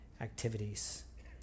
activities